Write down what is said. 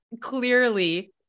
clearly